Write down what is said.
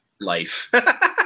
life